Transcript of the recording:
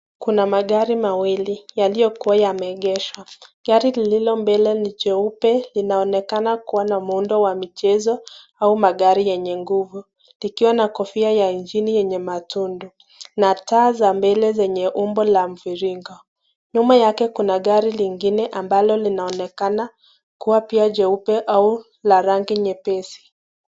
Kuna magari mawili yaliyo kuwa yameegeshwa. Gari lililo mbele ni jeupe linaoneka kuwa na mhundo wa michezo au magari yenye nguvu. Likiwa na kofia ya ingini yenye matondo na taa za mbele zenye umbo la mviringo. Nyuma yake Kuna gari lingine ambalo linaonekana kuwa pia jeupe au la rangi nyepesi.